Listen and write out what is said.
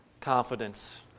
confidence